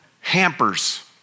hampers